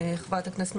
חברת הכנסת,